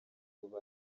ubwo